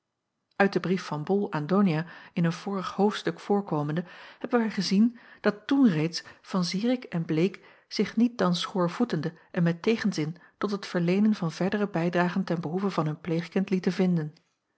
uit den brief van bol aan donia in een vorig hoofdstuk voorkomende hebben wij gezien dat toen reeds van zirik en bleek zich niet dan schoorvoetende en met tegenzin tot het verleenen van verdere bijdragen ten behoeve van hun pleegkind lieten vinden